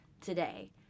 today